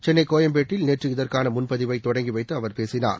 சென்னை கோயம்பேட்டில் நேற்று இதற்கான முன்பதிவை தொடங்கிவைத்து அவர் பேசினார்